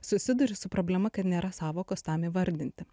susiduri su problema kad nėra sąvokos tam įvardinti